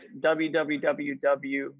www